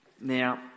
Now